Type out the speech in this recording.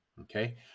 Okay